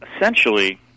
essentially